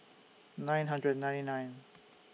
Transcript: nine hundred nine nine